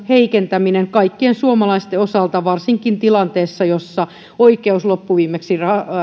heikentäminen kaikkien suomalaisten osalta varsinkin tilanteessa jossa oikeus loppuviimeksi